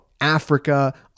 Africa